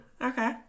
Okay